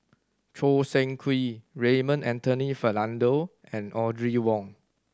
Choo Seng Quee Raymond Anthony Fernando and Audrey Wong